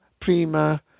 Prima